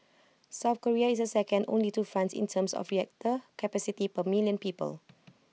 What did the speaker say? south Korea is second only to France in terms of reactor capacity per million people